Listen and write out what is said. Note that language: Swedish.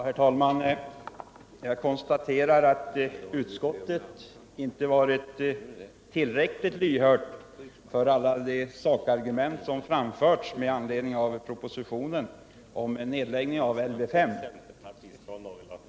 Herr talman! Jag konstaterar att utskottet inte varit tillräckligt lyhört för alla de sakargument som framförts med anledning av propositionen om nedläggning av Lv 5.